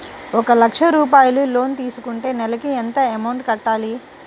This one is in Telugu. ఒక లక్ష రూపాయిలు లోన్ తీసుకుంటే నెలకి ఎంత అమౌంట్ కట్టాలి?